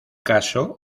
caso